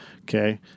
Okay